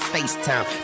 FaceTime